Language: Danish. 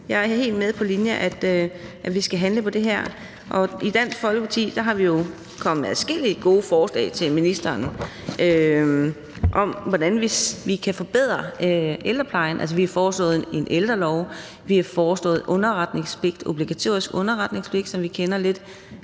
Jeg er helt på linje med, at vi skal handle på det her, og i Dansk Folkeparti er vi jo kommet med adskillige gode forslag til ministeren om, hvordan vi kan forbedre ældreplejen. Altså, vi har foreslået en ældrelov, og vi har foreslået en obligatorisk underretningspligt, lidt som vi kender det